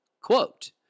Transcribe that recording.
Quote